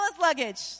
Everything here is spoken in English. luggage